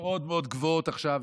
מאוד מאוד גבוהות עכשיו.